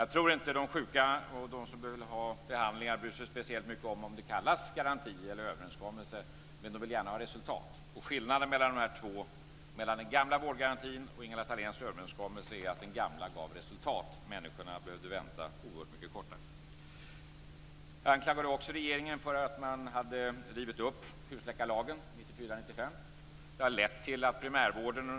Jag tror inte att de sjuka och de som behöver ha behandlingar bryr sig speciellt mycket om det kallas garanti eller överenskommelse, men de vill gärna ha resultat. Skillnaden mellan den gamla vårdgarantin och Ingela Thaléns överenskommelse är att den gamla gav resultat. Människorna behövde vänta en mycket kortare tid. Jag anklagade också regeringen för att man hade rivit upp husläkarlagen, 1994-1995.